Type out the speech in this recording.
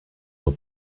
were